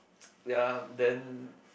ya then